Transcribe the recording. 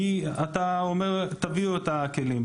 כי אתם אומרים להם להביא את הכלים,